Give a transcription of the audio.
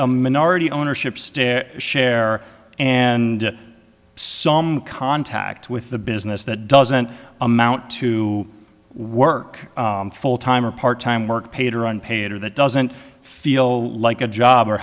a minority ownership stake share and some contact with the business that doesn't amount to work full time or part time work paid or unpaid or that doesn't feel like a job or